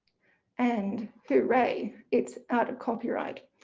and hooray it's out of copyright.